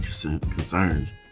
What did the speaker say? concerns